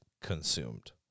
consumed